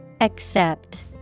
Accept